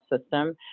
System